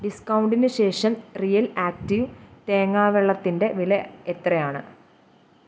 ഡിസ്കൗണ്ടിന് ശേഷം real active തേങ്ങാ വെള്ളത്തിന്റെ വില എത്രയാണ്